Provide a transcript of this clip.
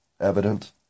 evident